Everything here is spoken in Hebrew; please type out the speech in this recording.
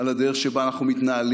על הדרך שבה אנחנו מתנהלים,